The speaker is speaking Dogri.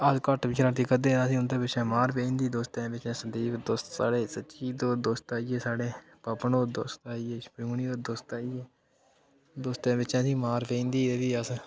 अस घट्ट बी शरारतियां करदे हे असें ई उं'दे पिच्छें मार पेई जंदी ही दोस्तें पिच्छें संदीप दोस्त साढ़े सचिन दोस्त आई गे साढ़े पवन होर दोस्त आई गे सोनी होर दोस्त आई गे दोस्तें पिच्छें असें ई मार पेई जंदी ही ते भी अस